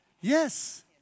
Yes